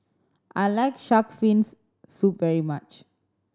I like shark fins soup very much